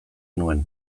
nuen